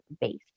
based